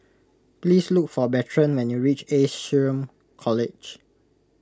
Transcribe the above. please look for Bertrand when you reach Ace Shrm College